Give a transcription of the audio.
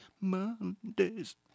Mondays